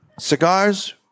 Cigars